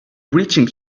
breaching